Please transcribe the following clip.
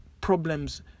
problems